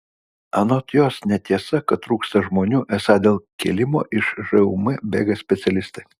anot jos netiesa kad trūksta žmonių esą dėl kėlimo iš žūm bėga specialistai